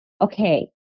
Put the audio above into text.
okay